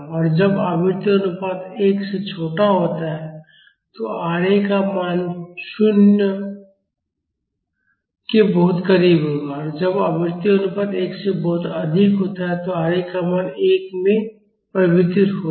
जब आवृत्ति अनुपात 1 से छोटा होता है तो Ra का मान 0 के बहुत करीब होगा और जब आवृत्ति अनुपात 1 से बहुत अधिक होता है तो Ra का मान 1 में परिवर्तित हो जाएगा